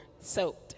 soaked